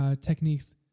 techniques